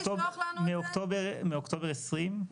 מאוקטובר 20'?